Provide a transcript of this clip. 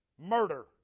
Murder